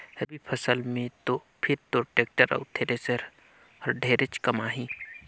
रवि फसल मे तो फिर तोर टेक्टर अउ थेरेसर हर ढेरेच कमाही